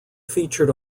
featured